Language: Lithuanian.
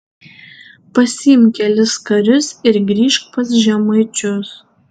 pasiimk kelis karius ir grįžk pas žemaičius